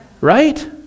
Right